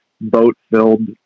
boat-filled